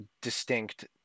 distinct